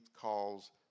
calls